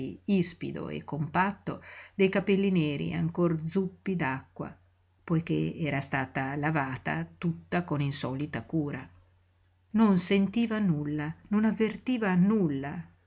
ispido e compatto dei capelli neri ancor zuppi d'acqua poiché era stata lavata tutta con insolita cura non sentiva nulla non avvertiva nulla